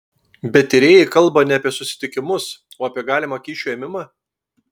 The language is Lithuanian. bet tyrėjai kalba ne apie susitikimus o apie galimą kyšio ėmimą